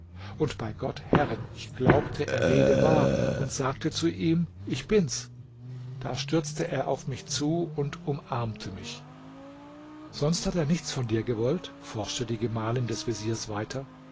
und bei gott herrin ich glaubte er rede wahr und sagte zu ihm ich bin's da stürzte er auf mich zu und umarmte mich sonst hat er nichts von dir gewollt forschte die gemahlin des veziers weiter